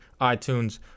iTunes